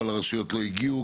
אבל הרשויות לא הגיעו,